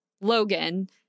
Logan